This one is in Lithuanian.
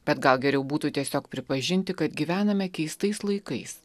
bet gal geriau būtų tiesiog pripažinti kad gyvename keistais laikais